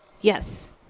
Yes